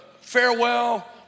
farewell